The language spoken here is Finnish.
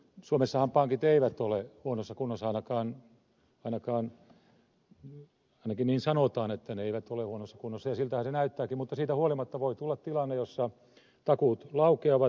suomessahan pankit eivät ole huonossa kunnossa ainakin niin sanotaan että ne eivät ole huonossa kunnossa ja siltähän se näyttääkin mutta siitä huolimatta voi tulla tilanne jossa takuut laukeavat